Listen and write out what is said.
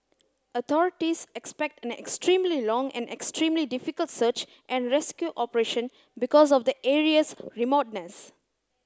authorities expect an extremely long and extremely difficult search and rescue operation because of the area's remoteness